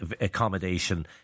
accommodation